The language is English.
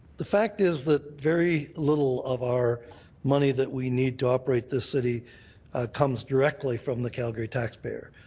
the fact is that very little of our money that we need to operate this city comes directly from the calgary taxpayer.